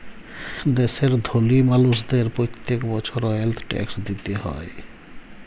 দ্যাশের ধলি মালুসদের প্যত্তেক বসর ওয়েলথ ট্যাক্স দিতে হ্যয়